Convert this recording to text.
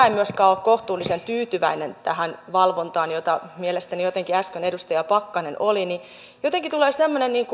en myöskään ole kohtuullisen tyytyväinen tähän valvontaan niin kuin mielestäni jotenkin äsken edustaja pakkanen oli jotenkin tulee semmoinen